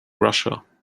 russia